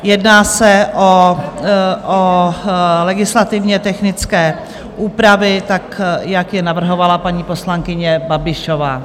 Jedná se o legislativně technické úpravy, tak jak je navrhovala paní poslankyně Babišová.